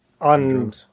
On